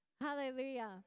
Hallelujah